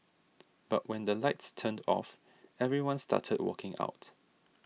but when the lights turned off everyone started walking out